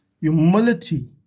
Humility